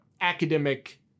academic